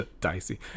dicey